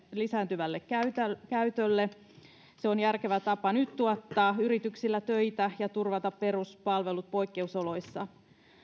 lisääntyvälle käytölle se on järkevä tapa nyt tuottaa yrityksille töitä ja turvata peruspalvelut poikkeusoloissa